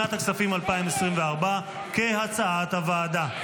לשנת הכספים 2024, כהצעת הוועדה.